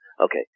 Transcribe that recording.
Okay